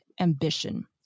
ambition